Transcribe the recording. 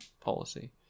policy